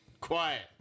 quiet